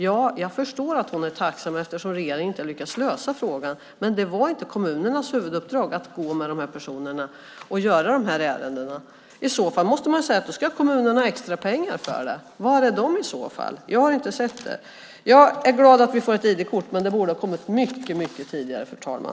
Jag förstår att hon är tacksam, eftersom regeringen inte har lyckats lösa frågan. Men det var inte kommunernas huvuduppdrag att gå med de här personerna och göra de ärendena. I så fall ska kommunerna ha extrapengar. Var är de i så fall? Jag har inte sett dem. Jag är glad att vi får ett ID-kort, men det borde ha kommit mycket tidigare, fru talman.